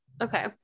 okay